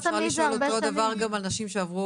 אפשר לשאול את אותו הדבר גם על נשים שעברו